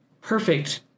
perfect